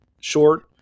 short